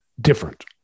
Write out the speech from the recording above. different